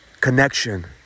connection